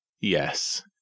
yes